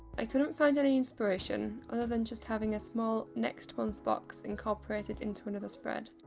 i couldn't find any inspiration other than just having a small next month box incorporated into another spread,